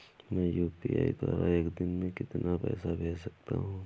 मैं यू.पी.आई द्वारा एक दिन में कितना पैसा भेज सकता हूँ?